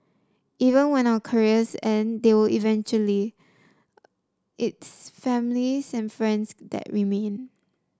even when our careers and they will eventually it's families and friends that remain